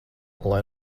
lai